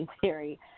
theory